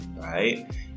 right